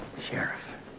Sheriff